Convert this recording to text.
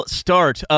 start